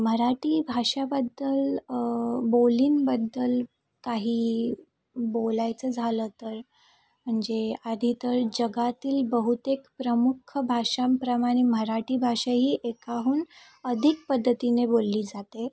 मराठी भाषेबद्दल बोलींबद्दल काही बोलायचं झालं तर म्हणजे आधी तर जगातील बहुतेक प्रमुख भाषांप्रमाणे मराठी भाषा ही एकाहून अधिक पद्धतीने बोलली जाते